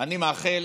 אני מאחל